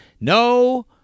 no